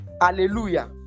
Hallelujah